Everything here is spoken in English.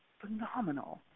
phenomenal